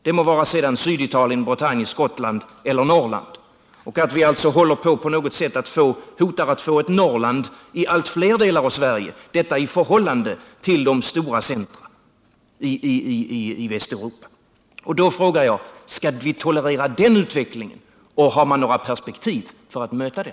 Det må sedan gälla Syditalien, Bretagne, Skottland eller Norrland. Vi håller så att säga på att få ett Norrland i allt fler delar av Sverige — detta i förhållande till de stora centra i Västeuropa. Jag frågar: Skall vi tolerera den utvecklingen, och har vi några perspektiv för att möta den?